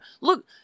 Look